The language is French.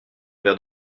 verre